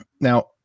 now